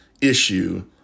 issue